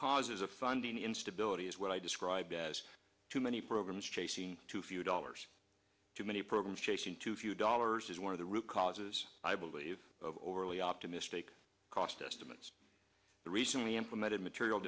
causes of funding instability is what i describe as too many programs chasing too few dollars too many programs chasing too few dollars is one of the root causes i believe of overly optimistic cost estimates the recently implemented material